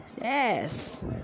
Yes